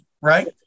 Right